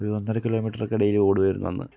ഒരു ഒന്നര kilometre ഒക്കെ ഡെയിലി ഓടുമായിരുന്നു അന്ന്